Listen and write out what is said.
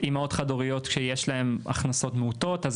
אימהות חד-הוריות שיש להם הכנסות מעוטות אז